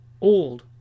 old